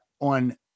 on